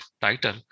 title